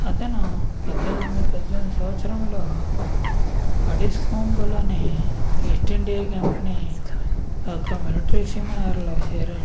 అతను పద్దెనిమిది వందల పద్దెనిమిది సంవత్సరంలో అడిస్కమ్బోలోనే ఈస్ట్ ఇండియా కంపెనీ ఒక మిలట్రీ మిషనరీలో చేరాడు